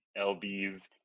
lbs